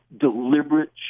deliberate